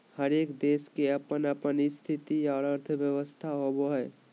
हरेक देश के अपन अपन स्थिति और अर्थव्यवस्था होवो हय